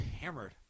hammered